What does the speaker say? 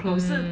mm